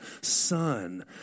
son